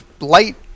light